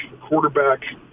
quarterback